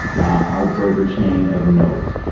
our burger chain of note,